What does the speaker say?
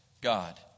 God